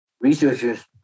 researchers